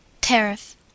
Tariff